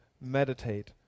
meditate